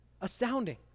astounding